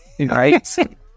right